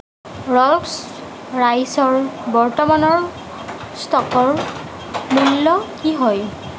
Rawls ৰইচৰ বৰ্তমানৰ ষ্টকৰ মূল্য কি হয়